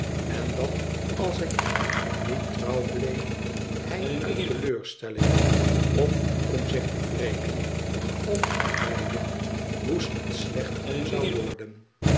en dat als ik hem niet trouw bleef hij uit teleurstelling of om zich te wreken of beide woest en slecht zou worden